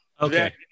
okay